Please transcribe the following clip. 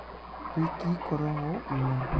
ती की करोहो लोन?